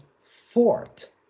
fort